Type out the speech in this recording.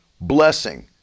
blessing